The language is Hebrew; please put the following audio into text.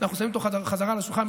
אנחנו שמים אותו בחזרה על השולחן,